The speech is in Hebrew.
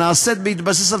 נעשית בהתבסס על